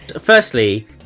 Firstly